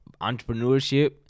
entrepreneurship